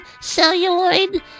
celluloid